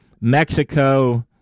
Mexico